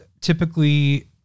typically